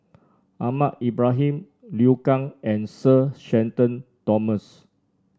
Ahmad Ibrahim Liu Kang and Sir Shenton Thomas